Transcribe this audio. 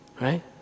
Right